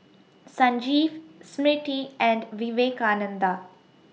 Sanjeev Smriti and Vivekananda